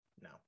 No